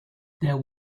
there